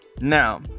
Now